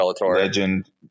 legend